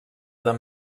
dels